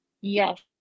Yes